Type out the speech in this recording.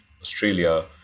Australia